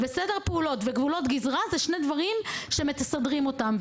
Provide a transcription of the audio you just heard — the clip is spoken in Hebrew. סדר פעולות וגבולות גזרה זה שני דברים שמסדרים אותם.